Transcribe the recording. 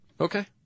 Okay